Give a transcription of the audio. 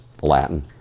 Latin